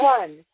one